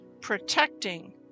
protecting